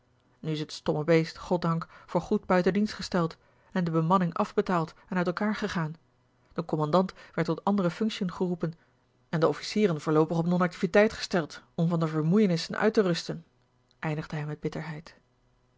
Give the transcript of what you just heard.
nu is t stomme beest goddank voor goed buiten dienst gesteld de bemanning afbetaald en uit elkaar gea l g bosboom-toussaint langs een omweg gaan de commandant werd tot andere functiën geroepen en de officieren voorloopig op non activiteit gesteld om van de vermoeienissen uit te rusten eindigde hij met bitterheid